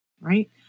right